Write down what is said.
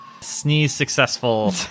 sneeze-successful